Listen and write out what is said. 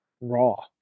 raw